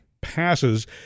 passes